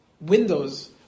windows